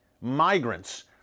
migrants